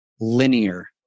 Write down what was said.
linear